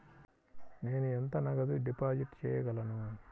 నేను ఎంత నగదు డిపాజిట్ చేయగలను?